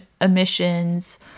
emissions